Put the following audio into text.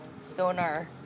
sonar